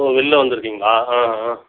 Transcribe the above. ஓ வெளில வந்திருக்கீங்களா ஆ ஆ